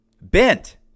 Bent